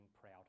proud